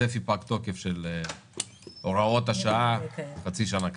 צפי פג תוקף של הוראות השעה חצי שנה קדימה.